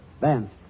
Vance